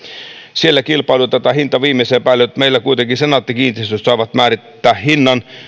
siellä kilpailutetaan hinta viimeisen päälle mutta meillä kuitenkin senaatti kiinteistöt saavat määrittää hinnan